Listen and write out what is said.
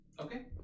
Okay